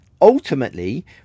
Ultimately